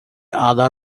other